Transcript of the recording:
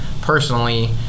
personally